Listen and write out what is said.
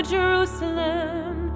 Jerusalem